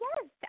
yes